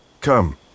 Come